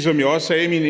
som jeg også sagde i min